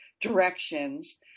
directions